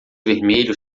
vermelho